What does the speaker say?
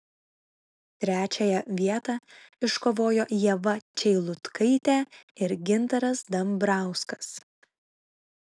trečiąją vietą iškovojo ieva čeilutkaitė ir gintaras dambrauskas